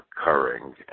occurring